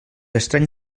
estrany